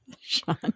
Sean